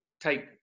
take